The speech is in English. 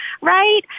right